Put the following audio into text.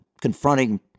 confronting